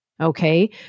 Okay